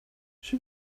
she